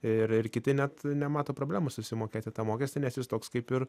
ir ir kiti net nemato problemos susimokėti tą mokestį nes jis toks kaip ir